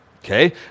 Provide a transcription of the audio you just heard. Okay